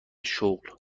شغل